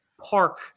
park